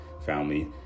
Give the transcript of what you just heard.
family